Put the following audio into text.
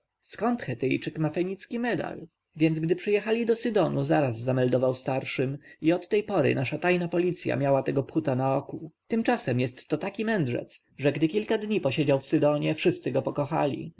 skąd chetyjczyk ma fenicki medal więc gdy przyjechali do sydonu zaraz zameldował starszym i od tej pory nasza tajna policja miała tego phuta na oku tymczasem jest to taki mędrzec że gdy kilka dni posiedział w sydonie wszyscy go pokochali